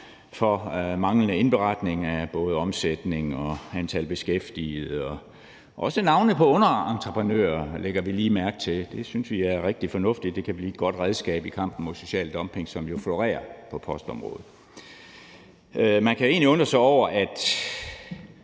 for manglende indberetning af omsætning, antal beskæftigede og også navne på underentreprenører, lægger vi lige mærke til. Det synes vi er rigtig fornuftigt. Det kan blive et godt redskab i kampen mod social dumping, som jo florerer på postområdet. Man kan egentlig undre sig over, at